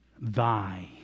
thy